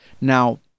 Now